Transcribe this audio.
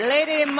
Lady